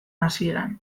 hasieran